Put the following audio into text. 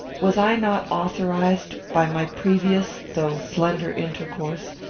was i not authorized, by my previous though slender intercourse,